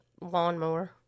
lawnmower